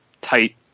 tight